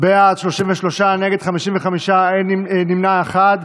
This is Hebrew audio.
בעד, 33, נגד, 55, נמנע אחד.